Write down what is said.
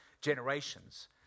generations